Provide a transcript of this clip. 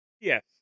Yes